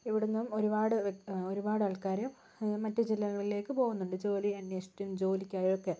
ഇവിടുന്നും ഒരുപാട് ആൾക്കാര് മറ്റു ജില്ലകളിലേക്ക് പോകുന്നുണ്ട് ജോലി അന്വേഷിച്ചും ജോലിക്കായും ഒക്കെ